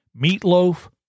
Meatloaf